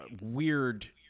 weird